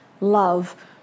love